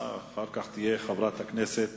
אחר כך, חברת הכנסת